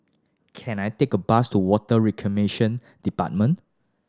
can I take a bus to Water Reclamation Department